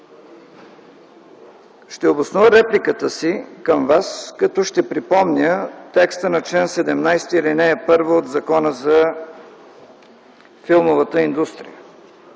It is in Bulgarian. ще обоснова репликата си към Вас, като припомня текста на чл. 17, ал. 1 от Закона за филмовата индустрия.